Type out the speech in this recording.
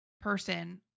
person